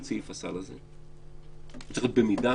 סעיף הסל הזה הוא צריך להיות במידה,